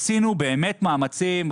עשינו באמת מאמצים,